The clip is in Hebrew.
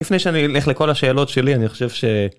לפני שאני אלך לכל השאלות שלי, אני חושב ש...